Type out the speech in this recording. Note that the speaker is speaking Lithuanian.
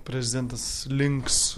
prezidentas links